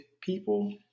people